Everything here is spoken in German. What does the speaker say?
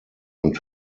und